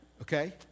Okay